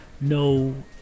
no